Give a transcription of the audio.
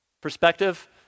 perspective